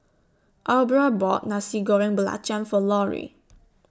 Aubra bought Nasi Goreng Belacan For Lorri